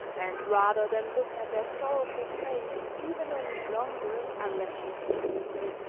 and rather than look at that sorrowful face even a week longer, unless she speaks,